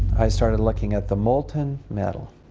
i started looking at the molten metal.